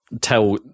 tell